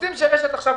רוצים שרש"ת עכשיו,